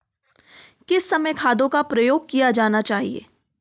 किस समय खादों का प्रयोग किया जाना चाहिए?